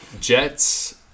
Jets